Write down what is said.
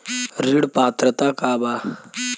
ऋण पात्रता का बा?